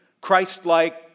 Christ-like